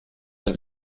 ein